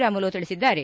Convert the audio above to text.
ರಾಮುಲು ತಿಳಿಸಿದ್ದಾರೆ